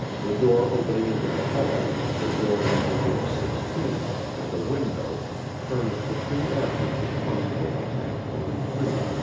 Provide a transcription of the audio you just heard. the door opening into the hall, the door into room sixteen, and the window furnished the three avenues of possible attack or retreat.